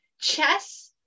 chess